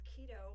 keto